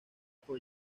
por